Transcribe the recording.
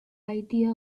idea